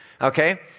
okay